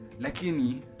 Lakini